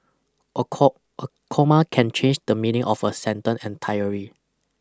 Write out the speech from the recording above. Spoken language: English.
a a comma can change the meaning of a sentence entirely